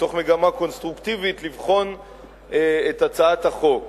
מתוך מגמה קונסטרוקטיבית לבחון את הצעת החוק.